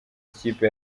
ikipe